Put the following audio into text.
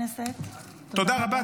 תודה רבה.